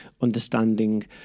understanding